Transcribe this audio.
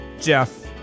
Jeff